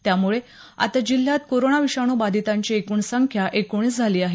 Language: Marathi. त्यामुळे आता जिल्ह्यात कोरोना विषाणू बधितांची एकूण संख्या एकोणीस झाली आहे